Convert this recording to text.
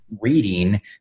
reading